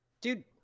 Dude